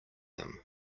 him